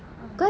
a'ah